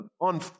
on